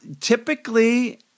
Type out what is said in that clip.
typically